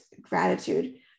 gratitude